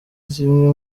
zimwe